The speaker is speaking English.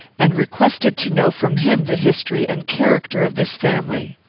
and requested to know from him the history and character of this family.